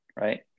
Right